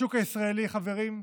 השוק הישראלי, חברים,